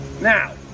Now